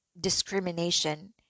discrimination